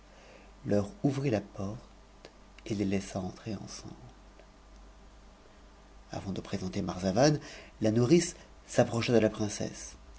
leur ouvrit ta porte et les laissa entrer avant de présenter marzavan la nourrice s'approcha de la princesse